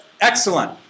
Excellent